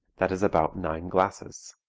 that is about nine glasses.